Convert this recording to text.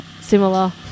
similar